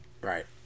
right